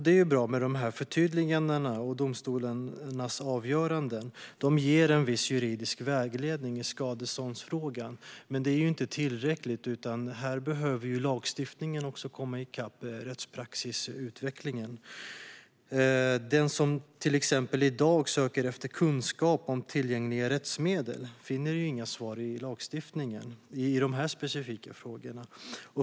Det är bra med förtydligandena av domstolarnas avgöranden. De ger en viss juridisk vägledning i skadeståndsfrågan. Men det är inte tillräckligt. Här behöver lagstiftningen också komma i kapp utvecklingen av rättspraxis. Den som till exempel i dag söker efter kunskap om tillgängliga rättsmedel finner inga svar i lagstiftningen i dessa specifika frågor.